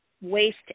waste